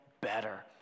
better